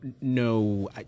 no